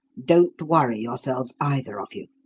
don't worry yourselves, either of you.